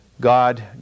God